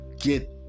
get